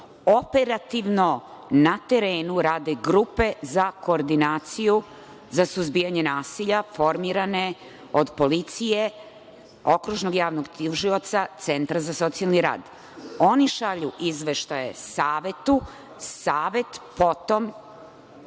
Operativno na terenu rade grupe za koordinaciju za suzbijanje nasilja formirane od policije, okružnog javnog tužioca, Centra za socijalni rad. Oni šalju izveštaje savetu, savet potom